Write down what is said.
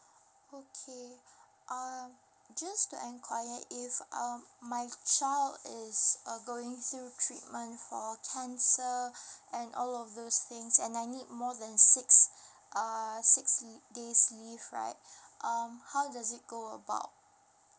okay um just to enquire if um my child is uh going through treatment for cancer and all of those things and I need more than six err six l~ days leave right um how does it go about